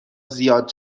زیاد